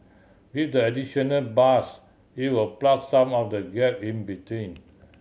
with the additional bus it will plug some of the gap in between